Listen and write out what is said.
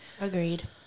Agreed